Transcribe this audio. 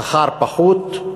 השכר פחות,